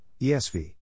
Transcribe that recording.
esv